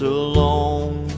alone